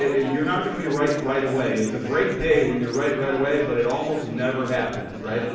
ah you're not gonna be right right away. it's a great day when you're right right away. but it almost never happens, right?